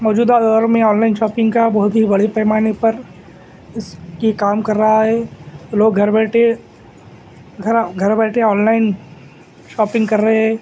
موجودہ دور میں آن لائن شوپنگ کا بہت ہی بڑے پیمانے پر اس یہ کام کر رہا ہے لوگ گھر بیٹھے گھر گھر بیٹھے آن لائن شوپنگ کر رہے ہے